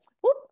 whoop